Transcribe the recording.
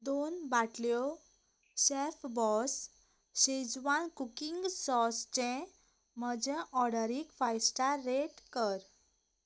दोन बाटल्यो chef boss schezwan cooking सॉसचें म्हजें ऑर्डरीक फायव स्टार्स रेट कर